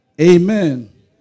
Amen